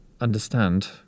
understand